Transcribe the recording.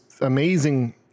amazing